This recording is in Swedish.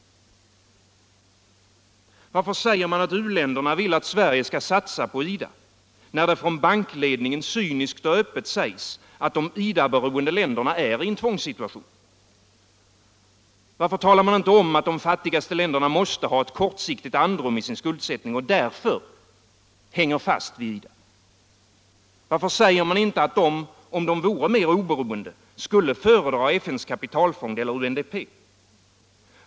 Varför säger man att u-länderna vill att Sverige skall satsa på IDA, när det från bankledningen cyniskt och öppet sägs, att de IDA-beroende länderna är i en tvångssituation? Varför talar man inte om att de fattigaste länderna måste ha kortsiktigt andrum i sin skuldsättning och därför hänger fast vid IDA? Varför säger man inte att de, om de vore mer oberoende, skulle föredra FN:s kapitalfond eller UNDP?